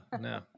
no